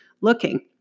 looking